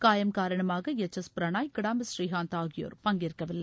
காயம் காரணமாக H S Prannoy Kidambi Srikanth ஆகியோர் பங்கேற்கவில்லை